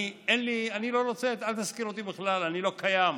אני לא רוצה, אל תזכיר אותי בכלל, אני לא קיים.